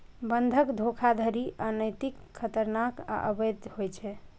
बंधक धोखाधड़ी अनैतिक, खतरनाक आ अवैध होइ छै